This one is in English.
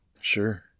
Sure